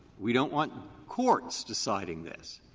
we don't want courts deciding this.